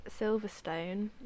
Silverstone